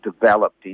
developed